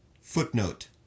footnote